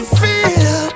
feel